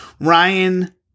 Ryan